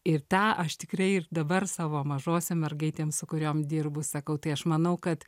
ir tą aš tikrai ir dabar savo mažosiom mergaitėm su kuriom dirbu sakau tai aš manau kad